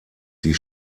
die